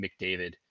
mcdavid